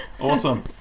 Awesome